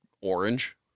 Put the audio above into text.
orange